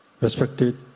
respected